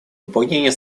выполнение